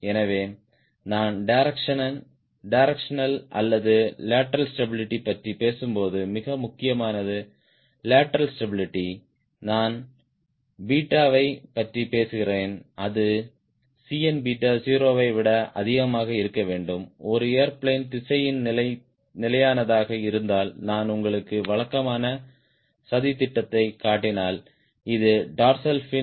எனவே நான் டிரெக்ஷனல் அல்லது லேட்டரல் ஸ்டேபிளிட்டி பற்றி பேசும்போது மிக முக்கியமாக லேட்டரல் ஸ்டேபிளிட்டி நான் பீட்டாவைப் பற்றி பேசுகிறேன் அது Cn 0 ஐ விட அதிகமாக இருக்க வேண்டும் ஒரு ஏர்பிளேன் திசையில் நிலையானதாக இருந்தால் நான் உங்களுக்கு வழக்கமான சதித்திட்டத்தைக் காட்டினால் இது டார்சல் ஃபின்